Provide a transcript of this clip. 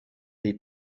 they